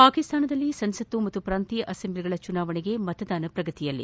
ಪಾಕಿಸ್ನಾನದಲ್ಲಿ ಸಂಸತ್ ಹಾಗೂ ಪ್ರಾಂತೀಯ ಅಸೆಂಬ್ಲಿಗಳ ಚುನಾವಣೆಗೆ ಮತದಾನ ಪ್ರಗತಿಯಲ್ಲಿ